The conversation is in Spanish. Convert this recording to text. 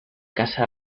casa